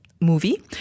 movie